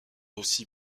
aussi